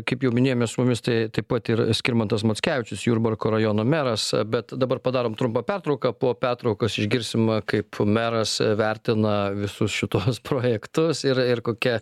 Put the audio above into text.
kaip jau minėjome su mumis tai taip pat ir skirmantas mockevičius jurbarko rajono meras bet dabar padarom trumpą pertrauką po pertraukos išgirsim kaip meras vertina visus šituos projektus ir ir kokia